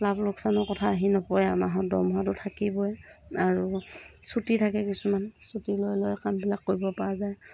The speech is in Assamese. লাভ লোকচানৰ কথা আহি নপৰে আৰু মাহৰ দৰমহাটো থাকিবই আৰু চুটি থাকে কিছুমান চুটি লৈ লৈ কামবিলাক কৰিব পৰা যায়